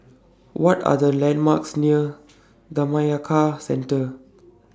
What Are The landmarks near Centre